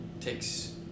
takes